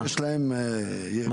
יש להם יכולת?